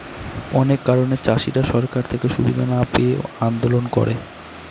অনেক কারণে চাষীরা সরকার থেকে সুবিধা না পেয়ে আন্দোলন করে